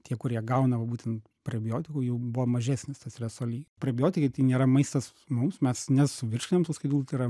tie kurie gauna va būten prebiotikų jų buvo mažesnis tas streso ly prebiotikai tai nėra maistas mums mes nesuvirškinam tų skaidulų tai yra